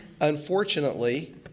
Unfortunately